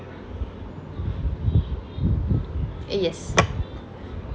err yes